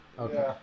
Okay